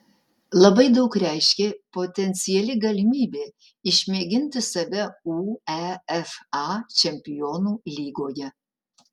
labai daug reiškė potenciali galimybė išmėginti save uefa čempionų lygoje